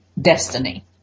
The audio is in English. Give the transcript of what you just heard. destiny